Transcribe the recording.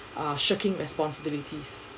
uh shirking responsibilities